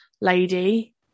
lady